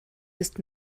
ist